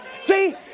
See